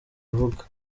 avuga